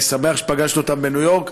אני שמח שפגשת אותם בניו יורק,